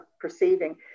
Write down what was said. perceiving